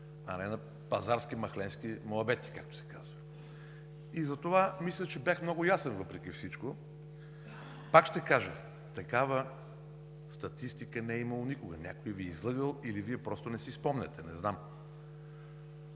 а не на пазарски махленски мохабети, както се казва, и затова мисля, че бях много ясен, въпреки всичко. Пак ще кажа, такава статистика не е имало никога. Някой Ви е излъгал, или Вие просто не си спомняте, не знам.